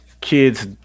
kids